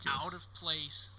out-of-place